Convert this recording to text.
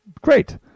great